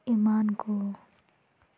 ᱮᱢᱟᱱ ᱠᱚ